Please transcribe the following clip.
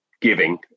giving